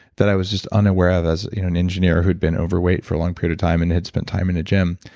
that i was just unaware of as an engineer who'd been overweight for a long time period of time, and had spent time in a gym.